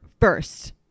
first